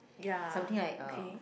ya okay